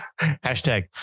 Hashtag